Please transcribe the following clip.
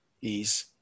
Ease